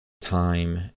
Time